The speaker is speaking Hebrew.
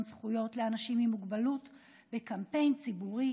זכויות לאנשים עם מוגבלות בקמפיין ציבורי,